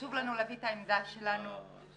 חשוב לנו להגיד את העמדה שלנו בנוכחותך,